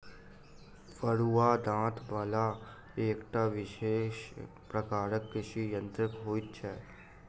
फरूआ दाँत बला एकटा विशेष प्रकारक कृषि यंत्र होइत छै